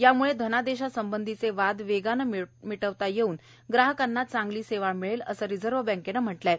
याम्ळं धनादेशासंबंधीचे वाद वेगानं मिटवता येऊन ग्राहकांना चांगली सेवा मिळेल असं रिझर्व्ह बँकेनं म्हटलं आहे